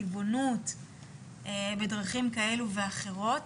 טבעונות בדרכים כאלו ואחרות.